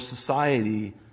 society